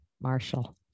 Marshall